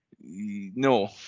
No